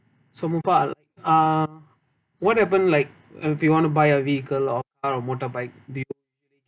so Mupal uh what happen like if you want to buy a vehicle or buy a motorbike do you